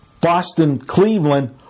Boston-Cleveland